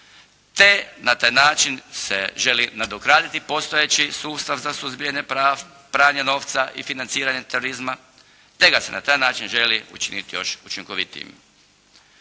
te na taj način se želi nadograditi postojeći sustav za suzbijanje pranja novca i financiranje terorizma, te ga se na taj način želi učiniti još učinkovitijim.